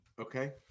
Okay